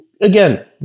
again